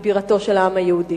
והיא בירתו של העם היהודי.